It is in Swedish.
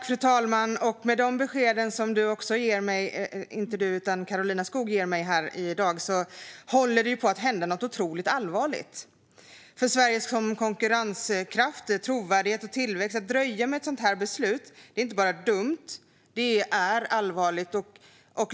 Fru talman! Med de besked som Karolina Skog ger mig här i dag håller det på att hända något otroligt allvarligt. När det gäller Sveriges konkurrenskraft, trovärdighet och tillväxt är det inte bara dumt att dröja med ett sådant beslut, utan det är allvarligt.